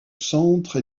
centre